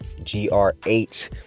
GR8